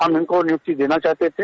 हम इनको नियुक्त देना चाहते थे